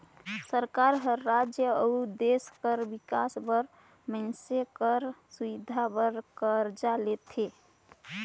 सरकार हर राएज अउ देस कर बिकास बर मइनसे कर सुबिधा बर करजा लेथे